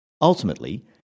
Ultimately